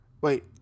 Wait